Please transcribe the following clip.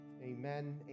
Amen